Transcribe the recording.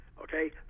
okay